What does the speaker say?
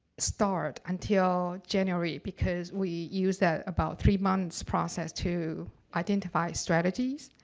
start until january because we used that about three months process to identify strategies,